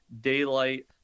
daylight